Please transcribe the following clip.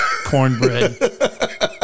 cornbread